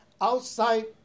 outside